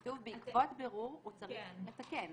כתוב: בעקבות בירור הוא צריך לתקן.